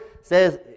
says